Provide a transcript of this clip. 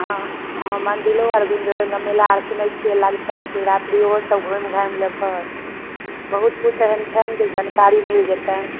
हँ हँ हँ मन्दिलो आर घुमि लेबै मेला आर सुनैत छियै लगतै शिवरात्रिओ सब घुमि घामि लेबै बहुत किछु एहन छनि जे जनकारी मिल जयतनि